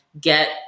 get